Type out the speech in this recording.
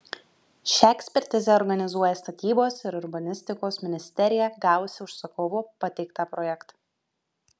šią ekspertizę organizuoja statybos ir urbanistikos ministerija gavusi užsakovo pateiktą projektą